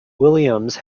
williams